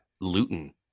Luton